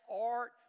art